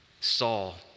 Saul